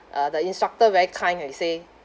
uh the instructor very kind he say